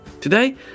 Today